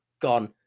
gone